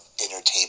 entertainment